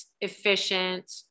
efficient